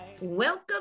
welcome